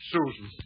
Susan